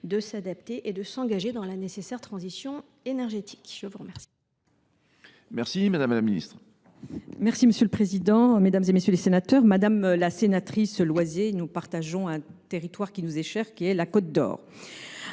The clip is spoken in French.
de s’adapter et de s’engager dans la nécessaire transition énergétique ? La parole